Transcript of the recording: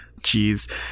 Jeez